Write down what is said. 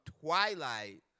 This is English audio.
twilight